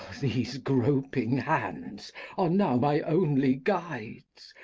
these groping hands are now my only guides,